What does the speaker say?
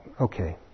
Okay